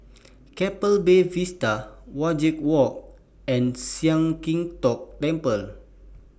Keppel Bay Vista Wajek Walk and Sian Keng Tong Temple